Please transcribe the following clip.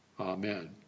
Amen